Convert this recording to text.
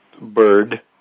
Bird